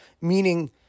meaning